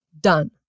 done